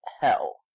hell